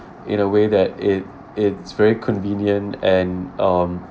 in a way that it it's very convenient and um